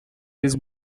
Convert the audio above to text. his